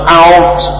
out